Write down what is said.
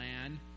land